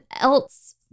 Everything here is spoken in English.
else